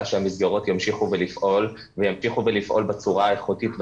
שהמסגרות ימשיכו לפעול בצורה האיכותית והטובה,